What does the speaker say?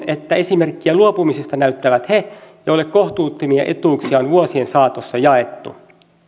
että esimerkkiä luopumisesta näyttävät he joille kohtuuttomia etuuksia on vuosien saatossa jaettu